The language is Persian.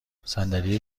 صندلی